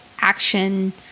action